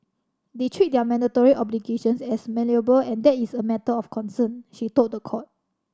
they treat their mandatory obligations as malleable and that is a matter of concern she told the court